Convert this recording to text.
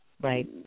right